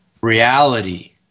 reality